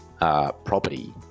property